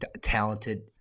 talented